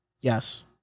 Yes